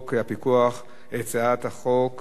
חוק ההוצאה לפועל